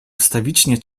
ustawicznie